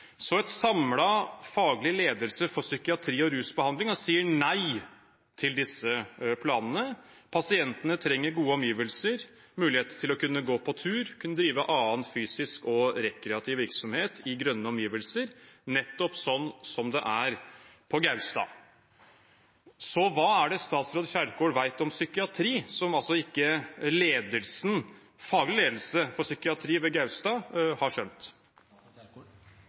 faglig ledelse for psykiatri og rusbehandling sier nei til disse planene. Pasientene trenger gode omgivelser, mulighet til å kunne gå på tur, kunne drive annen fysisk og rekreerende virksomhet i grønne omgivelser, nettopp sånn som det er på Gaustad. Hva er det statsråd Kjerkol vet om psykiatri, som faglig ledelse for psykiatri ved Gaustad ikke har skjønt?